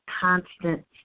constant